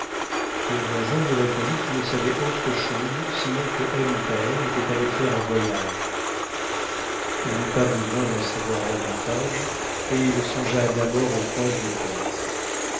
le voisin lui répondit qu'il ne savait autre chose sinon que ebn thaher était hë faire un voyage ii n'eut pas besoin d'en savoir davantage et il songea d'abord au prince de perse